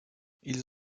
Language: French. ils